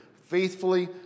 faithfully